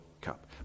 Cup